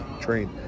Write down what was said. train